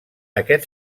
aquest